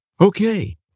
Okay